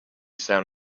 sound